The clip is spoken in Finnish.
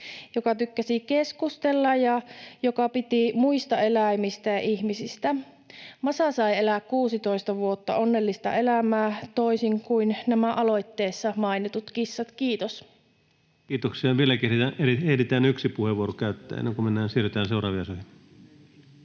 joka tykkäsi keskustella ja joka piti muista eläimistä ja ihmisistä. Masa sai elää 16 vuotta onnellista elämää toisin kuin nämä aloitteessa mainitut kissat. — Kiitos. [Speech 156] Speaker: Ensimmäinen varapuhemies